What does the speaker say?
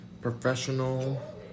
professional